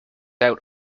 out